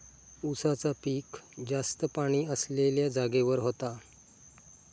उसाचा पिक जास्त पाणी असलेल्या जागेवर होता